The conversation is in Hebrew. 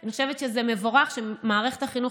אני חושבת שזה מבורך שמערכת החינוך